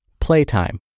Playtime